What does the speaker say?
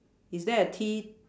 is there a T